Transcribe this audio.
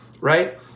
right